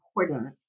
important